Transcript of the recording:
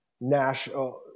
national